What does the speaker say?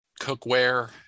cookware